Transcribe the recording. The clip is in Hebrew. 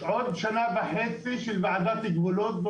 עוד שנה וחצי של ועדת גבולות,